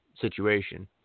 situation